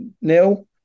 nil